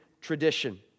tradition